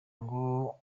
ngo